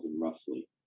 roughly